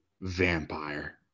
vampire